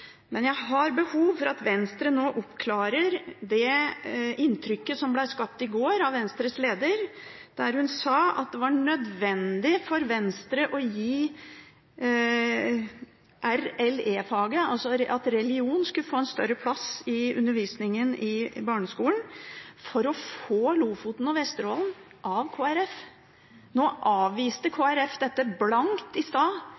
Men jeg har behov for at Venstre nå oppklarer det inntrykket som ble skapt i går av Venstres leder. Hun sa at det var nødvendig for Venstre å gi religion en større plass i undervisningen i barneskolen for å få Lofoten og Vesterålen av Kristelig Folkeparti. Nå avviste Kristelig Folkeparti dette blankt i stad